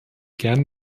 gerne